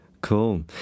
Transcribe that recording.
Cool